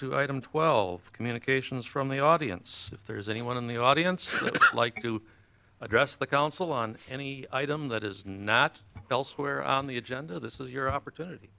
to item twelve communications from the audience if there's anyone in the audience like to address the council on any item that is not elsewhere on the agenda this is your opportunity